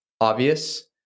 obvious